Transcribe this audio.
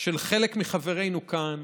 של חלק מחברינו כאן